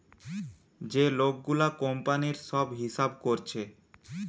যে লোক গুলা কোম্পানির সব হিসাব কোরছে